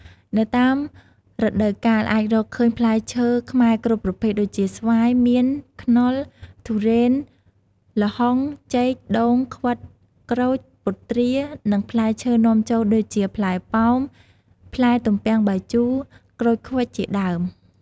នៅតាមរដូវកាល អាចរកឃើញផ្លែឈើខ្មែរគ្រប់ប្រភេទ ដូចជា ស្វាយ មៀន ខ្នុរ ទុរេន ល្ហុង ចេក ដូង ខ្វិត ក្រូច ពុទ្រា និងផ្លែឈើនាំចូលដូចជា ផ្លែប៉ោម ផ្លែទំពាំងបាយជូរ ក្រូចឃ្វិចជាដើម។